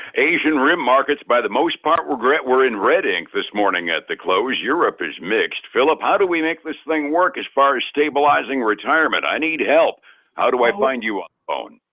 asian rim markets by the most part regret were in red ink this morning at the close europe is mixed. philip how do we make this thing work as far as stabilizing retirement? i need help how do i find you on phone?